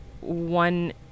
one